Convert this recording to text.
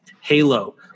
Halo